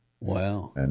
Wow